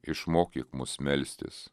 išmokyk mus melstis